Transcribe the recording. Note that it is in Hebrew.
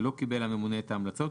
לא קיבל הממונה את ההמלצות,